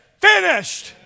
finished